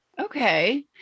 Okay